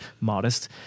modest